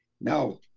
No